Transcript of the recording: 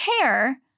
care